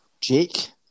Jake